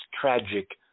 tragic